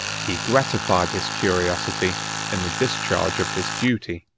he gratified his curiosity in the discharge of his duty.